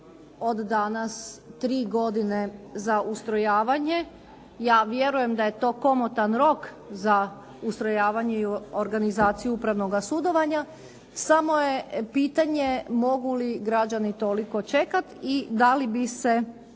od danas tri godine za ustrojavanje ja vjerujem da je to komotan rok za ustrojavanje i organizaciju upravnoga sudovanja, samo je pitanje mogu li građani toliko čekati i da li bi se